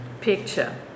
picture